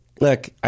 Look